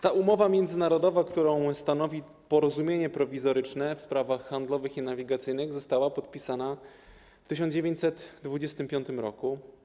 Ta umowa międzynarodowa, którą stanowi Porozumienie Prowizoryczne w sprawach handlowych i nawigacyjnych, została podpisana w 1925 r.